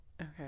okay